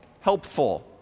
helpful